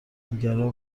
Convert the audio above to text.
همگرا